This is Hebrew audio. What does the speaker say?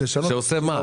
שעושה מה?